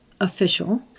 official